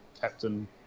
captain